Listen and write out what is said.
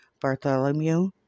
Bartholomew